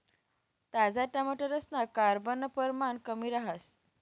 ताजा टमाटरसमा कार्ब नं परमाण कमी रहास